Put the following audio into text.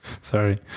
sorry